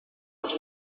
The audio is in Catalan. els